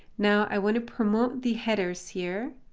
now, i want to promote the headers here,